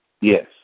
Yes